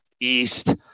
East